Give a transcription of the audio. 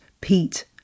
Pete